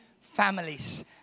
families